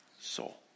soul